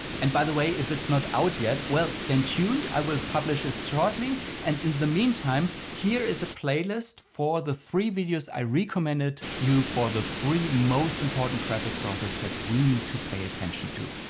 and by the way if it's not out yet, well, stay and tuned. i will publish it shortly. and in the meantime here is a playlist for the three videos i recommended you for the three most important traffic sources that we need to pay attention to.